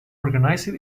organized